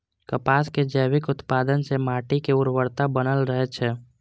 कपासक जैविक उत्पादन सं माटिक उर्वरता बनल रहै छै